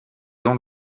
donc